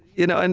you know, and